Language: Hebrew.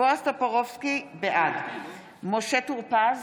בעד משה טור פז,